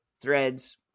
threads